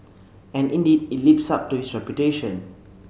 and indeed it lives up to its reputation